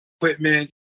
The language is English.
equipment